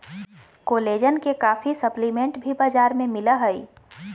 collagen के काफी supplement भी बाजार में मिल हइ